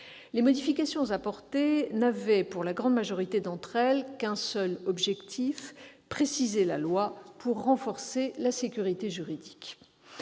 Les modifications apportées n'avaient, pour la grande majorité d'entre elles, qu'un seul objectif : préciser la loi pour renforcer la sécurité juridique.